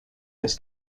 this